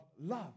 love